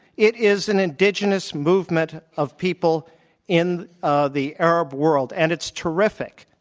it is an indigenous movement of people in ah the arab world, and it's terrific.